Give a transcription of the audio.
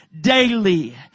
daily